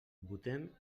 votem